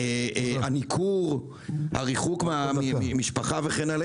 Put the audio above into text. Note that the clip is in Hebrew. הניכור, הריחוק מהמשפחה וכן הלאה.